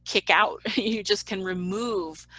kick out you just can remove